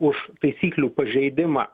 už taisyklių pažeidimą